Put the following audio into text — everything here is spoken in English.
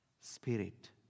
Spirit